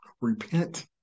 Repent